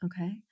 Okay